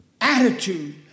attitude